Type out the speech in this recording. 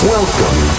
Welcome